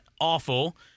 awful